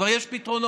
כבר יש פתרונות.